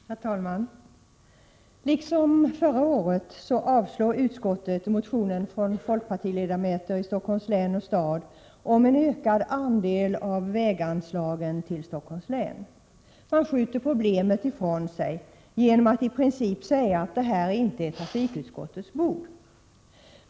Herr talman! Liksom förra året avstyrker utskottet motionen från folkpartiledamöter i Stockholms län och stad om en ökad andel av väganslagen till Stockholms län. Man skjuter i princip problemet ifrån sig genom att säga att det här inte är trafikutskottets bord.